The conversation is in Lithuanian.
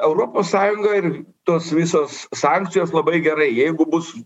europos sąjunga ir tos visos sankcijos labai gerai jeigu bus